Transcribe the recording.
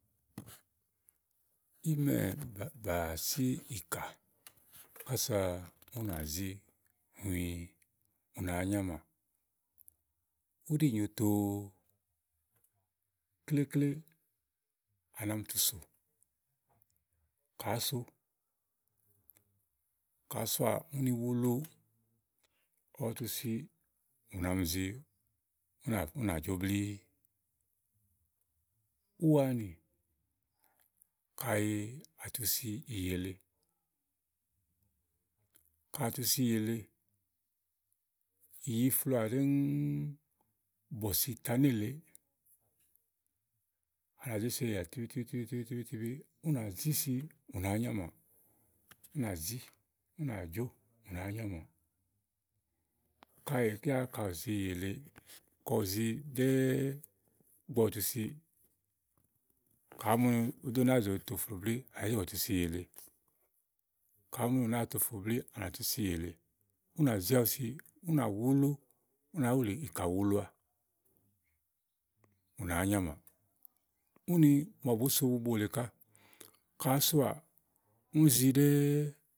Ímɛ̀ bà si ìkà ùnà zì huĩ ùnà biànyàmá? Ùɖìnyo tòó. Klekle à nà mi tu sò. Ùni Kàɖi òó so ùni wulu ù nà mi zi ù nà Jò blíí. Ùwanì à nà mi tu si ìyì èle. Kàɖi à tu si ìyì èle ùni ìyì ifloà ɖɛ̀ɛ̀ bɔ̀si ta néle, à nà zo soá ìyì blì blì bɔ̀si ta néle ùnà zì ù nàá nyamà, ùnà zi ù nà Jò. Kàɖi àá mu ni ùù ɖo nàá toflù ànà zì tu si ìyì éle ùna wulu ùni màa bòó so bu bo lèe kà. Kàɖi òó soà ùni zi ɔwɛ mù ni éyilè èé ɖo nàá míà, à nà zi tu sò bubo lèe ù nàá zi ɖɛɛ ù nàá nyamá. Ìɖinè ùtâniɖi ígbɔ kè be wùì àbua. Ìgbɔ ɔwɛ ni ìbī so àyiti éle ùni à nà tù ɔti ti àyiti lɔlɔ ùni à nà tu ìkà lɔ li nɔ́lɔ. Ígbɔ ɔwɛ tu ìkà lɔ lī nɔlɔ ùni ìbì nà zé mià ɖɛ̀ɛ̀ bɔ̀sì ta néèle, ùnà wule màaké ù nà zì si ɖɛ̀ɛ̀